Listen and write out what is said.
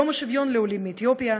יום השוויון לעולים מאתיופיה,